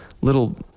little